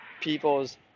people's